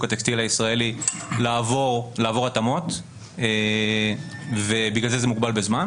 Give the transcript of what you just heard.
הטקסטיל הישראלי לעבור התאמות ובגלל זה זה מוגבל בזמן,